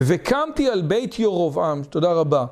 וקמתי על בית ירובעם, תודה רבה